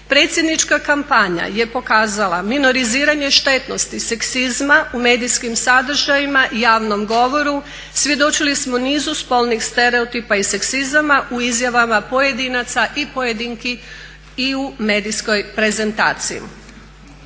Predsjednička kampanja je pokazala minoriziranje štetnosti seksizma u medijskim sadržajima, javnom govoru, svjedočili smo niz spolni stereotipa i seksizama u izjavama pojedinaca i pojedinki i u medijskoj prezentaciji.